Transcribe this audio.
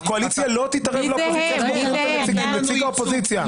הקואליציה לא תתערב לאופוזיציה בקביעת נציג האופוזיציה.